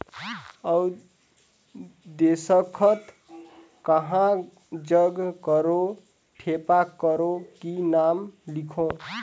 अउ दस्खत कहा जग करो ठेपा करो कि नाम लिखो?